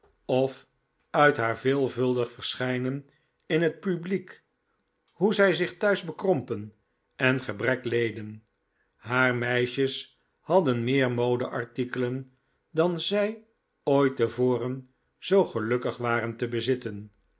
of uit haar veelvuldig verschijnen in het publiek hoe zij thuis zich bekrompen en gebrek leden haar meisjes hadden meer modeartikelen dan zij ooit te voren zoo gelukkig waren te bezitten